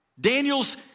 Daniel's